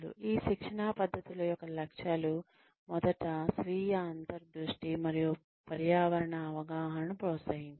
ఈ శిక్షణా పద్ధతుల యొక్క లక్ష్యాలు మొదట స్వీయ అంతర్దృష్టి మరియు పర్యావరణ అవగాహనను ప్రోత్సహించడం